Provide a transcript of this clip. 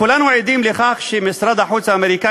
כולנו עדים לכך שמשרד החוץ האמריקני